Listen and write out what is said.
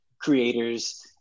creators